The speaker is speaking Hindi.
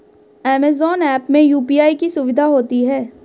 अमेजॉन ऐप में यू.पी.आई की सुविधा होती है